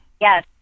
Yes